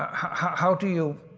how do you.